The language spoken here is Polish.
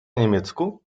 niemiecku